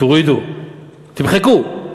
תורידו, תמחקו.